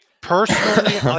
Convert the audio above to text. personally